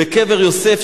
בקבר יוסף,